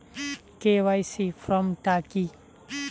KYC form টা কি?